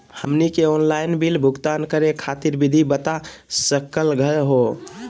हमनी के online bill भुगतान करे खातीर विधि बता सकलघ हो?